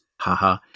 haha